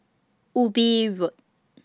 Ubi Road